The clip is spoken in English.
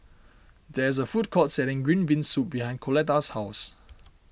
there is a food court selling Green Bean Soup behind Coletta's house